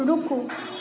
रूकु